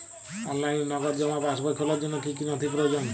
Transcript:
অনলাইনে নগদ জমা পাসবই খোলার জন্য কী কী নথি প্রয়োজন?